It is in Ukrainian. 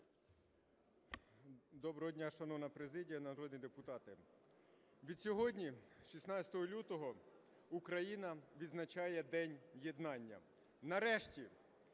Доброго дня, шановна президія і народні депутати! Від сьогодні 16 лютого Україна відзначає День єднання. Нарешті,